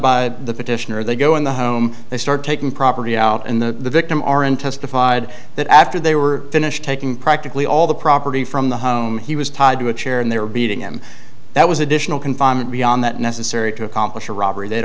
by the petitioner they go in the home they start taking property out in the victim or in testified that after they were finished taking practically all the property from the home he was tied to a chair and they were beating him that was additional confinement beyond that necessary to accomplish a robbery th